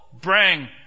bring